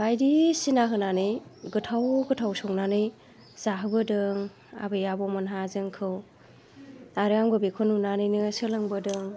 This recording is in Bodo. बायदिसिना होनानै गोथाव गोथाव संनानै जाहोबोदों आबै आबौमोनहा जोंखौ आरो आंबो बेखौ नुनानैनो सोलोंबोदों